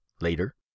later